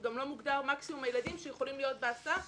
וגם לא מוגדר מקסימום הילדים שיכולים להיות בהסעה,